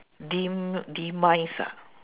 dem~ demise ah